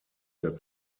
der